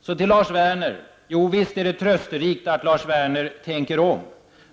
Så till Lars Werner: Visst är det trösterikt att Lars Werner tänker om.